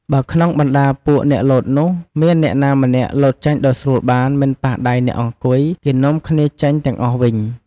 បើក្នុងបណ្តាពួកអ្នកលោតនោះ មានអ្នកណាម្នាក់លោតចេញដោយស្រួលបាន មិនប៉ះដៃអ្នកអង្គុយ គេនាំគ្នាចេញទាំងអស់វិញ ។